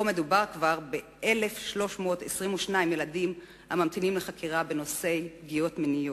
פה מדובר כבר ב-1,322 ילדים הממתינים לחקירה בנושאי פגיעות מיניות.